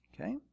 okay